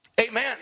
amen